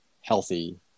healthy